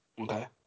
Okay